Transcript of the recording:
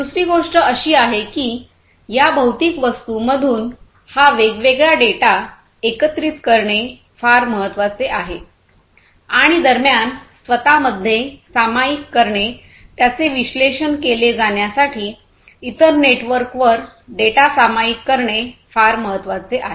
दुसरी गोष्ट अशी आहे की या भौतिक वस्तूंमधून हा वेगवेगळा डेटा एकत्रित करणे फार महत्वाचे आहे आणि दरम्यान स्वतःमध्ये सामायिक करणे त्याचे विश्लेषण केले जाण्यासाठी इतर नेटवर्कवर डेटा सामायिक करणे फार महत्त्वाचे आहे